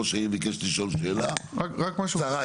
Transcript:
ראש העיר ביקש לשאול שאלה, קצרה.